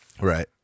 Right